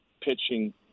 pitching –